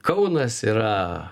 kaunas yra